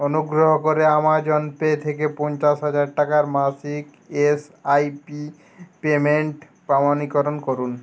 অনুগ্রহ করে Amazon pay থেকে পঞ্চাশ হাজার টাকার মাসিক এসআইপি পেমেন্ট প্রমাণীকরণ করুন